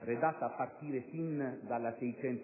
redatta a partire sin dalla legge n.